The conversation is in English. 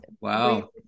Wow